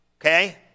Okay